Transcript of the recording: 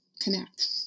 connect